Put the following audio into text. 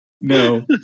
No